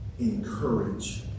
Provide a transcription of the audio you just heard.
encourage